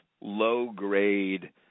low-grade